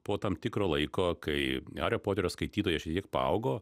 po tam tikro laiko kai hario poterio skaitytojai šiek tiek paaugo